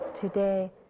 Today